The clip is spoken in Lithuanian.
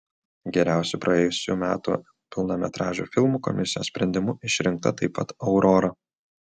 geriausiu praėjusių metų pilnametražiu filmu komisijos sprendimu išrinkta taip pat aurora